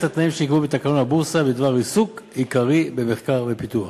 התנאים שנקבעו בתקנון הבורסה בדבר עיסוק עיקרי במחקר ופיתוח.